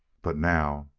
but now,